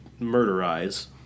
murderize